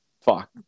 fuck